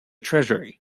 treasury